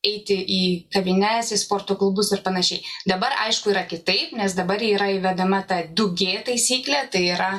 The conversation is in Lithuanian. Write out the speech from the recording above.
eiti į kavines į sporto klubus ir panašiai dabar aišku yra kitaip nes dabar yra įvedama ta du g taisyklė tai yra